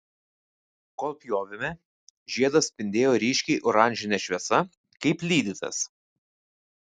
kol pjovėme žiedas spindėjo ryškiai oranžine šviesa kaip lydytas